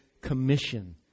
commission